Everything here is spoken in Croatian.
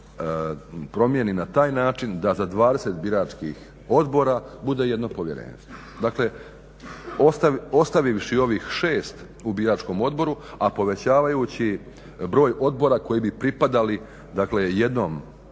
promijeni na taj način da za 20 biračkih odbora bude jedno povjerenstvo. Dakle, ostavivši ovih 6 u biračkom odboru, a povećavajući broj odbora koji bi pripadali,